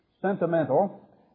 sentimental